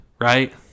Right